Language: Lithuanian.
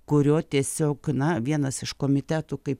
kurio tiesiog na vienas iš komitetų kaip